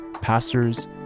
pastors